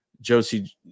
josie